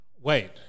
Wait